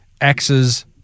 axes